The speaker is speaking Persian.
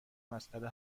مسئله